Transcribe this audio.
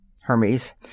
Hermes